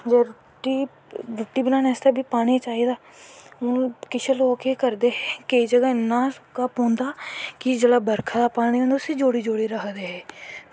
ते रुट्टी बनानैं आस्तै बी पानी चाही दा हून किश लोग केह् करदे इन्नां सोक्का पौंदा कि जेह्ड़ा बरखा दा पानी होंदा उसी जोड़ी जोड़ी रक्खदे